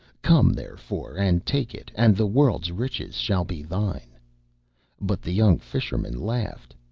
come therefore and take it, and the world's riches shall be thine but the young fisherman laughed.